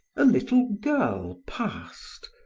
a little girl passed,